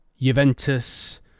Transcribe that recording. Juventus